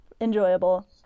enjoyable